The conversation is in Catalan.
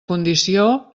condició